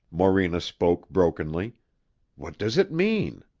morena spoke brokenly what does it mean?